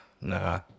nah